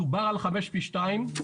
דובר על חמש פי שתיים,